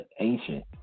ancient